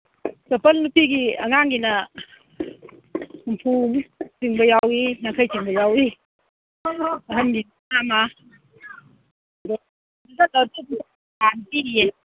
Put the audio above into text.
ꯆꯞꯄꯟ ꯅꯨꯄꯤꯒꯤ ꯑꯉꯥꯡꯒꯤꯅ ꯍꯨꯝꯐꯨꯃꯨꯛ ꯆꯤꯡꯕ ꯌꯥꯎꯋꯤ ꯌꯥꯡꯈꯩ ꯆꯤꯡꯕ ꯌꯥꯎꯋꯤ ꯑꯍꯟꯒꯤꯁꯤꯅ ꯆꯥꯝꯃ